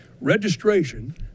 registration